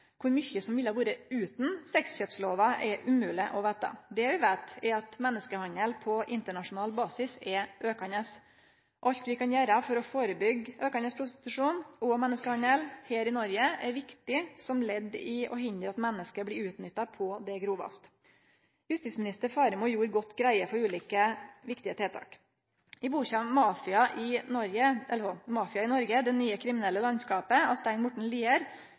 Kor mykje som ville ha vore utan sexkjøpslova, er umogleg å vete. Det vi veit, er at menneskehandel på internasjonal basis er aukande. Alt vi kan gjere for å førebyggje aukande prostitusjon og menneskehandel her i Noreg, er viktig som ledd i å hindre at menneske blir utnytta på det grovaste. Justisminister Faremo gjorde godt greie for ulike viktige tiltak. I boka «Mafia i Norge – det nye kriminelle landskapet» – av Stein Morten Lier,